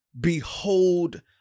behold